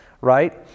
right